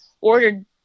ordered